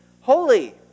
holy